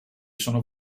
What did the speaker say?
sono